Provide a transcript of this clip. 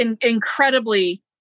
incredibly